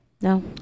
No